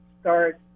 start